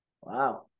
Wow